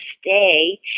stay